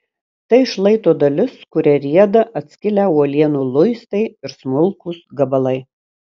tai šlaito dalis kuria rieda atskilę uolienų luistai ir smulkūs gabalai